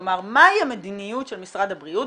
כלומר מה המדיניות של משרד הבריאות,